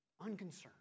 unconcerned